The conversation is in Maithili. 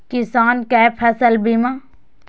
किसान कै फसल बीमा?